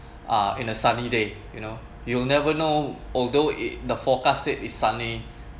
uh in a sunny day you know you'll never know although it the forecast said is sunny